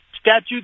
statute